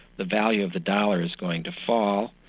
the value of the dollar is going to fall,